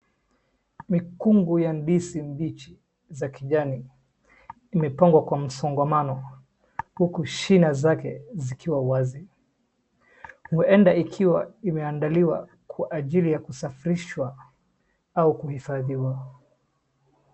Mikungu ya ndizi mbichi za kijani imepangwa kwa msongomano huku shina zake zikiwa wazi. Huenda ikiwa imeandaliwa kwa ajili ya kusafirishwa au kuhifadhiwa.